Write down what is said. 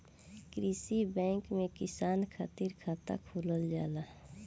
कृषि बैंक में किसान खातिर खाता खोलल जाला